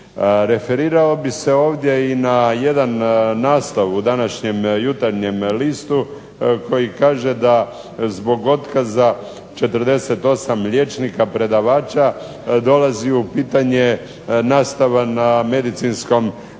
Referirao bih se ovdje na jedan naslov u današnjem Jutarnjem listu koji kaže da zbog otkaza 48 liječnika predavača dolazi u pitanje nastava na Medicinskom